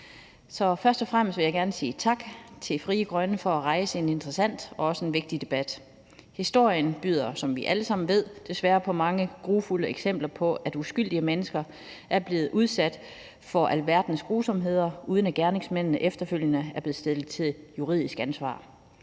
Først og fremmest vil jeg gerne sige tak til Frie Grønne for at rejse en interessant og også en vigtig debat. Historien byder, som vi alle sammen ved, desværre på mange grufulde eksempler på, at uskyldige mennesker er blevet udsat for alverdens grusomheder, uden at gerningsmændene efterfølgende er blevet stillet til juridisk ansvar.